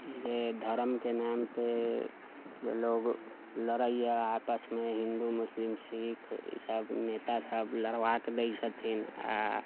धर्मके नाम पर लोक लड़ैया आपसमे हिन्दू मुस्लिम छी तऽ ई सभ नेता सभ छथिन सभ लड़बा दै छथिन आ